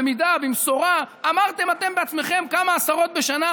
במידה, במשורה אמרתם אתם בעצמכם, כמה עשרות בשנה.